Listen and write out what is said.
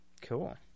Cool